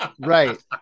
Right